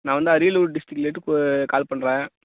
நான் வந்து அரியலூர் டிஸ்டிக்லேருந்து இப்போ கால் பண்ணுறேன்